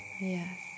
Yes